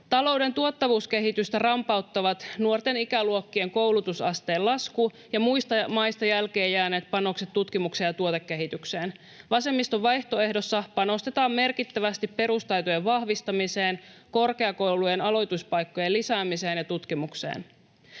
Talouden tuottavuuskehitystä rampauttavat nuorten ikäluokkien koulutusasteen lasku ja muista maista jälkeen jääneet panokset tutkimukseen ja tuotekehitykseen. Vasemmiston vaihtoehdossa panostetaan merkittävästi perustaitojen vahvistamiseen, korkeakoulujen aloituspaikkojen lisäämiseen ja tutkimukseen.